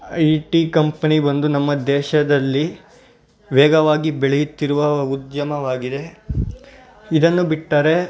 I T company ಬಂದು ನಮ್ಮ ದೇಶದಲ್ಲಿ ವೇಗವಾಗಿ ಬೆಳೆಯುತ್ತಿರುವ ಉದ್ಯಮವಾಗಿದೆ ಇದನ್ನು ಬಿಟ್ಟರೆ